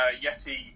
yeti